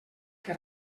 que